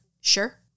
Sure